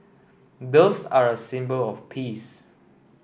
doves are a symbol of peace